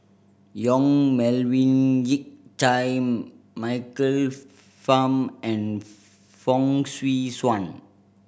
Yong Melvin Yik Chye Michael Fam and Fong Swee Suan